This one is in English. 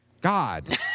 God